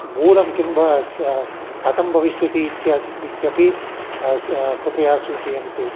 मूल्यं किं ब क कथं भविष्यति इत्यत् इत्यपि स् कृपया सूचयन्तु